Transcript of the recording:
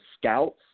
Scouts